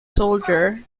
soldier